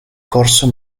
corso